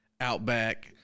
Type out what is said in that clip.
Outback